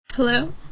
Hello